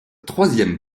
troisième